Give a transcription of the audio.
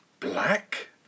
Black